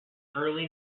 early